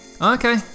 Okay